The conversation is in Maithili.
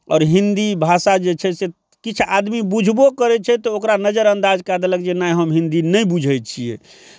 और हिंदी भाषा जे छै से किछ आदमी बुझबो करै छै तऽ ओकरा नजरअन्दाज कए देलक जे नहि हम हिंदी नहि बूझैत छियै